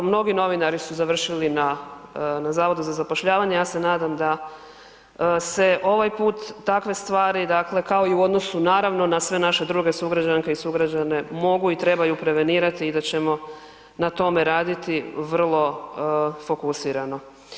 Mnogi novinari su završili na zavodu za zapošljavanje, ja se nadam da se ovaj put takve stvari dakle, kao i u odnosu naravno na sve naše druge sugrađanke i sugrađane mogu i trebaju prevenirati da ćemo na tome raditi vrlo fokusirano.